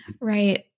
Right